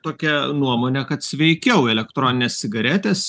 tokia nuomonė kad sveikiau elektroninės cigaretės